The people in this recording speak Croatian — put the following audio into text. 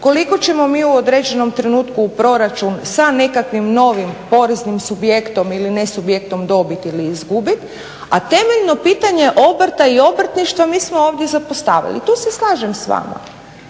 koliko ćemo mi u određenom trenutku u proračun sa nekakvim novim poreznim subjektom ili nesubjektom dobiti ili izgubiti. A temeljno pitanje obrta i obrtništva mi smo ovdje zapostavili. Tu se slažem s vama.